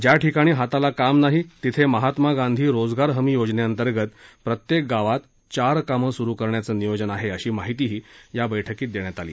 ज्या ठिकाणी हाताला काम नाही तिथे महात्मा गांधी रोजगार हमी योजने अंतर्गत प्रत्येक गावात चार कामं सुरु करण्याचं नियोजन आहे अशी माहितीही या बैठकीत देण्यात आली